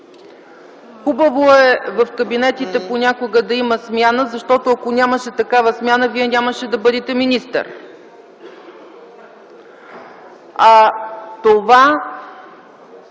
хубаво е в кабинетите понякога да има смяна, защото ако нямаше такава смяна, Вие нямаше да бъдете министър. Това